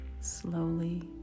slowly